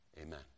Amen